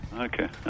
Okay